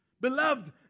Beloved